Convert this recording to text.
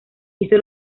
hizo